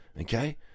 okay